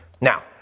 Now